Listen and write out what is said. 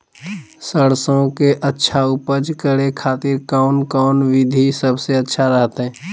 सरसों के अच्छा उपज करे खातिर कौन कौन विधि सबसे अच्छा रहतय?